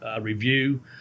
review